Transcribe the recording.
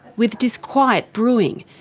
with disquiet brewing,